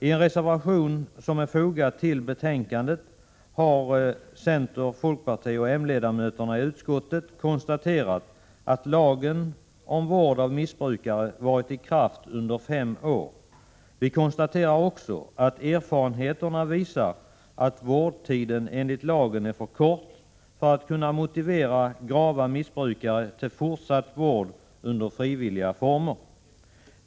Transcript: I en reservation som är fogad till betänkandet har center-, folkpartioch moderatledamöterna i utskottet konstaterat att lagen om vård av missbrukare varit i kraft under fem år och att erfarenheterna visar att vårdtiden enligt lagen är för kort för att kunna motivera grava missbrukare till fortsatt vård under frivilliga former.